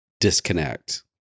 disconnect